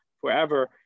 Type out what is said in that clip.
forever